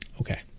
Okay